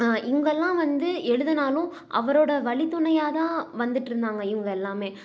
இவங்கள்லாம் வந்து எழுதினாலும் அவரோட வழித்துணையாதான் வந்துகிட்ருந்தாங்க இவங்க எல்லாமே